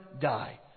die